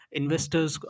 investors